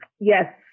Yes